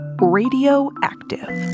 radioactive